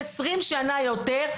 20 שנה ויותר,